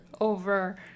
over